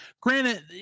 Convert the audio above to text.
Granted